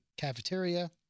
cafeteria